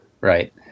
Right